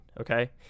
Okay